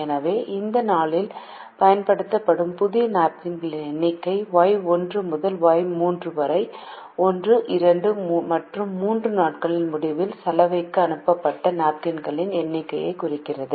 எனவே அந்த நாளில் பயன்படுத்தப்படும் புதிய நாப்கின்களின் எண்ணிக்கை Y1 முதல் Y3 வரை 1 2 மற்றும் 3 நாட்களின் முடிவில் சலவைக்கு அனுப்பப்பட்ட நாப்கின்களின் எண்ணிக்கையைக் குறிக்கிறது